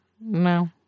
No